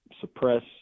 suppress